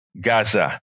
Gaza